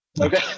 Okay